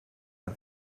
een